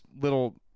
little